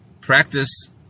practice